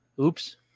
Oops